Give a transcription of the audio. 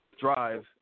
drive